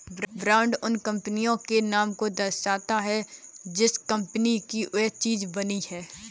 brand उस company के नाम को दर्शाता है जिस कंपनी की वह चीज बनी है